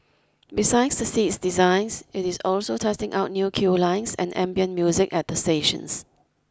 besides the seats designs it is also testing out new queue lines and ambient music at the stations